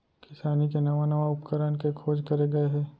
किसानी के नवा नवा उपकरन के खोज करे गए हे